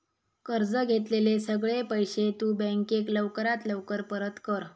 कर्ज घेतलेले सगळे पैशे तु बँकेक लवकरात लवकर परत कर